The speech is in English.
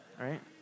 right